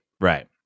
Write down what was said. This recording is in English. right